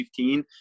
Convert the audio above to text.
2015